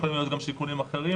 יכולים להיות גם שיקולים אחרים.